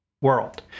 world